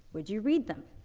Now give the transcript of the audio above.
would you read them?